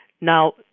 Now